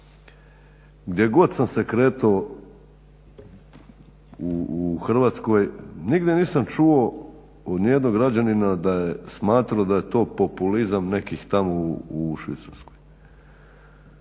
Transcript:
Gdje god sam se kretao u Hrvatskoj nigdje nisam čuo od nijednog građanina da je smatrao da je to populizam nekih tamo u Švicarskoj.